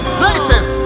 places